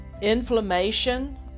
inflammation